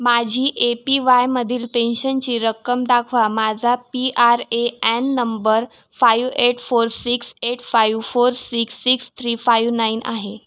माझी A P वायमधील पेन्शनची रक्कम दाखवा माझा P R A N number five eight four six eight five four six six three five nine आहे